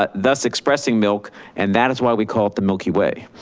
but thus expressing milk and that is why we call it the milky way.